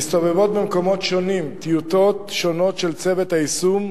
מסתובבות במקומות שונים טיוטות שונות של צוות היישום,